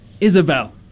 Isabel